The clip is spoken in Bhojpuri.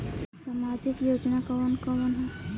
सामाजिक योजना कवन कवन ह?